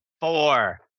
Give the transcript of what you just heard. four